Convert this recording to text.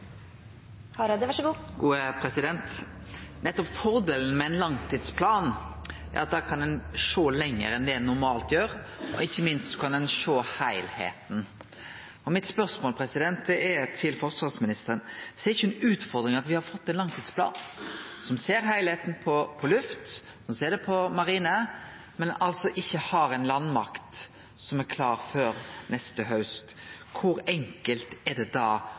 at der kan ein sjå lenger enn ein normalt gjer. Ikkje minst kan ein sjå heilskapen. Mitt spørsmål til forsvarsministeren er: Ser ho ikkje utfordringa i at me har fått ein langtidsplan som ser heilskapen når det gjeld Luftforsvaret og Marinen, men ikkje har ei landmakt som er klar før neste haust? Kor enkelt er det da